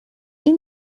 این